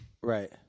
Right